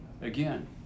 Again